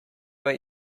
what